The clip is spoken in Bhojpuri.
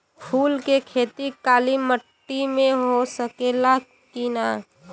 फूल के खेती काली माटी में हो सकेला की ना?